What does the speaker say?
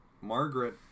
Margaret